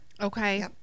okay